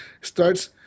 starts